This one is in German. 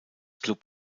club